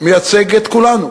מייצג את כולנו,